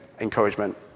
encouragement